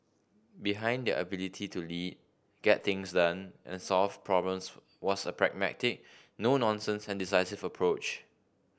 behind their ability to lead get things done and solve problems was a pragmatic no nonsense and decisive approach